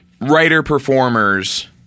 writer-performers